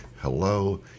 hello